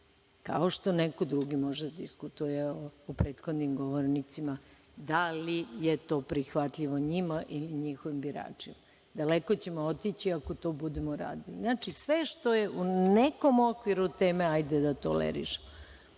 kao što neko drugi može da diskutuje o prethodnim govornicima, da li je to prihvatljivo njima ili njihovim biračima. Daleko ćemo otići ako to budemo radili. Znači, sve što je u nekom okviru teme, hajde da tolerišemo.